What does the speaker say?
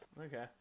okay